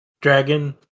dragon